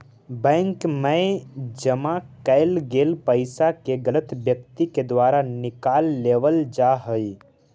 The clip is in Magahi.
बैंक मैं जमा कैल गेल पइसा के गलत व्यक्ति के द्वारा निकाल लेवल जा हइ